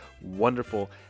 wonderful